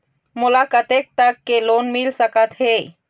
मोला कतेक तक के लोन मिल सकत हे?